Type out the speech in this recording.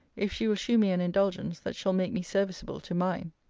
if she will shew me an indulgence that shall make me serviceable to mine.